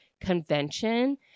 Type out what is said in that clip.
convention